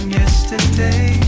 yesterday